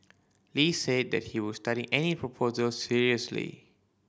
Lee said that he would study any proposal seriously